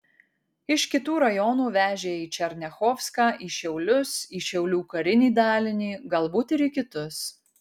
iš kitų rajonų vežė į černiachovską į šiaulius į šiaulių karinį dalinį galbūt ir į kitus